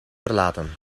verlaten